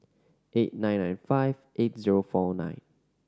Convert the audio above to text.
eight nine nine five eight zero four nine